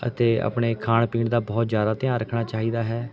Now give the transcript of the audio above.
ਅਤੇ ਆਪਣੇ ਖਾਣ ਪੀਣ ਦਾ ਬਹੁਤ ਜ਼ਿਆਦਾ ਧਿਆਨ ਰੱਖਣਾ ਚਾਹੀਦਾ ਹੈ